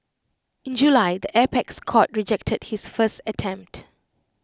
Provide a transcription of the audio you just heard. in July the apex court rejected his first attempt